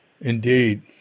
Indeed